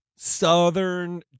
Southern